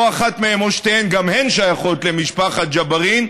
ואו אחת מהן או שתיהן גם הן שייכות למשפחת ג'בארין,